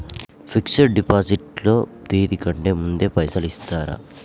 Fix డ్ deposit లో తేది కంటే ముందే పైసలు ఇత్తరా?